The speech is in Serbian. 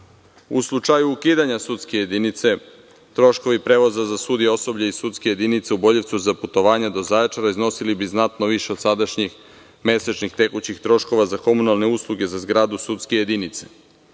U slučaju ukidanja sudske jedinice troškovi prevoza za sudije, osoblje i sudske jedinice u Boljevcu za putavanje do Zaječara iznosili bi znatno više od sadašnjih mesečnih tekućih troškova za komunalne usluge za zgradu sudske jedinice. Te